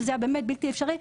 וזה היה באמת בלתי אפשרי,